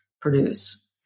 produce